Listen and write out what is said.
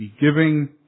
giving